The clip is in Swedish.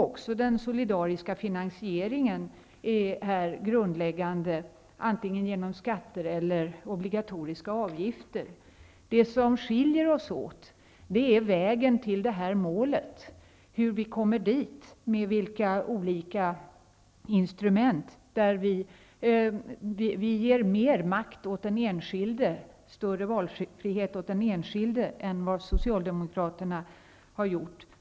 Även den solidariska finansieringen är här grundläggande, antingen genom skatter eller genom obligatoriska avgifter. Det som skiljer oss åt är vägen till detta mål, hur vi kommer dit, med vilka olika instrument. Där ger vi mer makt, större valfrihet, åt den enskilde än vad Socialdemokraterna har gjort.